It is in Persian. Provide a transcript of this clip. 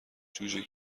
جوجه